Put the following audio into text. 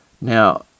now